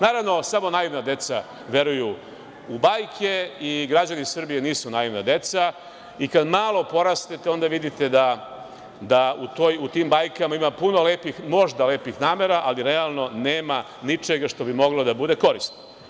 Naravno, samo naivna deca veruju u bajke i građani Srbije nisu naivna deca, i kada malo porastete vidite da u tim bajkama ima puno lepih, možda lepih namera, ali realno nema ničega što bi moglo da bude korisno.